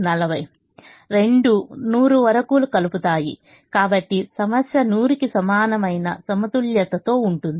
రెండూ 100 వరకు కలుపుతాయి కాబట్టి సమస్య 100 కి సమానమైన సమతుల్యతతో ఉంటుంది